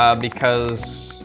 um because.